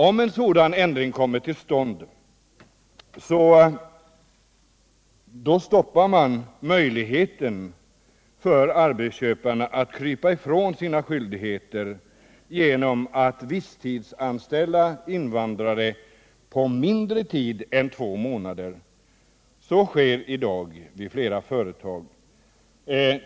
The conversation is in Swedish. Om en sådan ändring kommer till stånd bortfaller möjligheten för arbetsköparna att krypa ifrån sina skyldigheter genom att visstidsanställa invandrare på mindre tid än två månader. Så sker i dag vid flera företag.